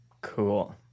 cool